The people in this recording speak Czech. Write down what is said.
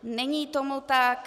Není tomu tak.